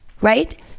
right